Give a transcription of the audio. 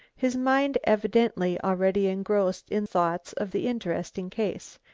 his mind evidently already engrossed in thoughts of the interesting case,